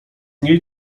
niej